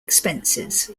expenses